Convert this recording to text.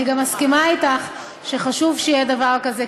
אני מסכימה אתך שחשוב שיהיה דבר כזה,